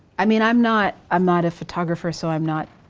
i mean i'm not i'm not a photographer. so i'm not,